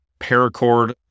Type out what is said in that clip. paracord